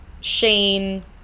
Shane